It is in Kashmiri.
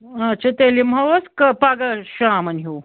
اچھا تیٚلہِ یِمہوٚو أسۍ پگاہ شامَن ہیوٗ